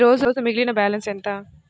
ఈరోజు మిగిలిన బ్యాలెన్స్ ఎంత?